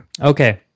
Okay